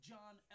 John